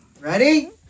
Ready